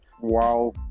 wow